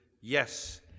yes